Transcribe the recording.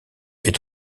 est